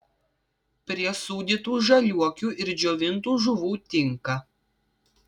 prie sūdytų žaliuokių ir džiovintų žuvų tinka